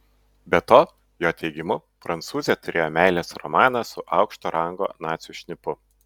be to jo teigimu prancūzė turėjo meilės romaną su aukšto rango nacių šnipu